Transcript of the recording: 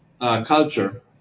culture